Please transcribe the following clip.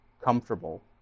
comfortable